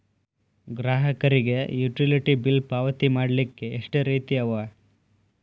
ಗ್ರಾಹಕರಿಗೆ utility bill ಪಾವತಿ ಮಾಡ್ಲಿಕ್ಕೆ ಎಷ್ಟ ರೇತಿ ಅವ?